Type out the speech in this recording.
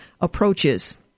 approaches